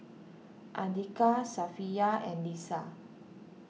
Andika Safiya and Lisa